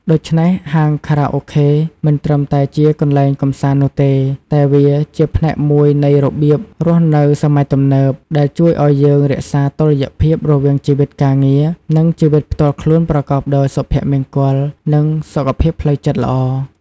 ដូច្នេះ ហាងខារ៉ាអូខេមិនត្រឹមតែជាកន្លែងកម្សាន្តនោះទេ តែវាជាផ្នែកមួយនៃរបៀបរស់នៅសម័យទំនើប ដែលជួយឲ្យយើងរក្សាតុល្យភាពរវាងជីវិតការងារ និងជីវិតផ្ទាល់ខ្លួនប្រកបដោយសុភមង្គល និងសុខភាពផ្លូវចិត្តល្អ។